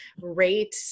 rate